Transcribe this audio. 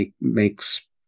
makes